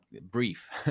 brief